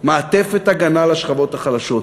מעטפת הגנה לשכבות החלשות.